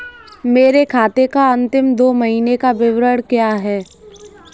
मेरे खाते का अंतिम दो महीने का विवरण क्या है?